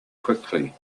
quickly